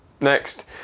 Next